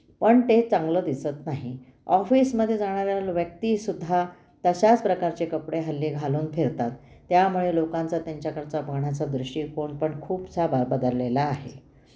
पण ते चांगलं दिसत नाही ऑफिसमध्ये जाणाऱ्या व्यक्तीसुद्धा तशाच प्रकारचे कपडे हल्ली घालून फिरतात त्यामुळे लोकांचा त्यांच्याकडचा बघण्याचा दृष्टिकोन पण खूपसा बा बदललेला आहे